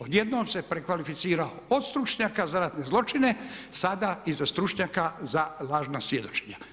Odjednom se prekvalificirao od stručnjaka za ratne zločine, sada i za stručnjaka za lažna svjedočenja.